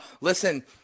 listen